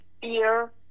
fear